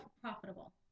profitable